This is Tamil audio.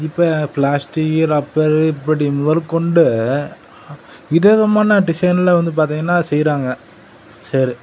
இப்போ பிளாஸ்டிக் ரப்பரு இப்படி முதல் கொண்டு வித விதமான டிசைனில் வந்து பார்த்திங்கன்னா செய்கிறாங்க சேரு